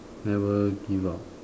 never give up